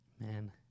Man